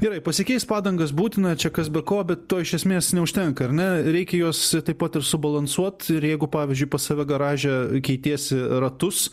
gerai pasikeist padangas būtina čia kas be ko bet to iš esmės neužtenka ar ne reikia juos taip pat ir subalansuot ir jeigu pavyzdžiui pas save garaže keitiesi ratus